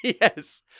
Yes